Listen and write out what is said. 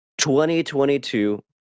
2022